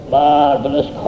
marvelous